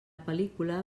pel·lícula